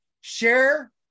Share